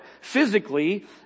physically